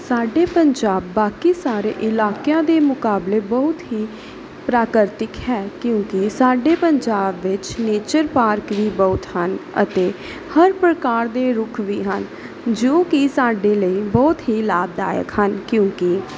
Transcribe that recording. ਸਾਡੇ ਪੰਜਾਬ ਬਾਕੀ ਸਾਰੇ ਇਲਾਕਿਆਂ ਦੇ ਮੁਕਾਬਲੇ ਬਹੁਤ ਹੀ ਪ੍ਰਾਕਰਤਿਕ ਹੈ ਕਿਉਂਕਿ ਸਾਡੇ ਪੰਜਾਬ ਵਿੱਚ ਨੇਚਰ ਪਾਰਕ ਵੀ ਬਹੁਤ ਹਨ ਅਤੇ ਹਰ ਪ੍ਰਕਾਰ ਦੇ ਰੁੱਖ ਵੀ ਹਨ ਜੋ ਕਿ ਸਾਡੇ ਲਈ ਬਹੁਤ ਹੀ ਲਾਭਦਾਇਕ ਹਨ ਕਿਉਂਕਿ